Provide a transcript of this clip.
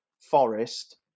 Forest